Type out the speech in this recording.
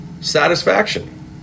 satisfaction